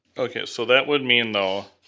okay, so that would mean though,